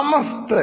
നമസ്തേ